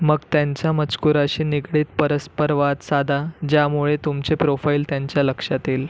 मग त्यांचा मजकुराशी निगडीत परस्परवाद साधा ज्यामुळे तुमचे प्रोफाईल त्यांच्या लक्षात येईल